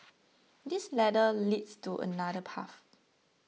this ladder leads to another path